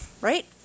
right